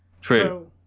true